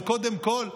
אבל קודם כול,